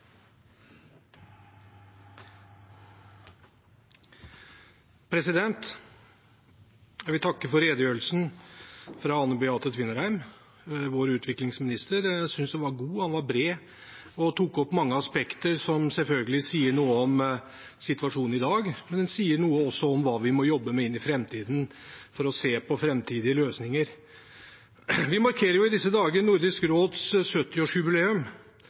Tvinnereim, vår utviklingsminister. Jeg synes den var god, den var bred, og den tok opp mange aspekter som selvfølgelig sier noe om situasjonen i dag, men også noe om hva vi må jobbe med når vi skal se på framtidige løsninger. Vi markerer i disse dager Nordisk råds